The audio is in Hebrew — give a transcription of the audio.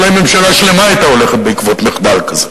אולי ממשלה שלמה היתה הולכת בעקבות מחדל כזה.